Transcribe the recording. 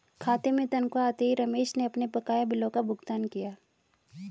खाते में तनख्वाह आते ही रमेश ने अपने बकाया बिलों का भुगतान किया